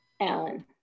Alan